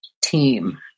team